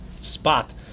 spot